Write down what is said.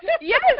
Yes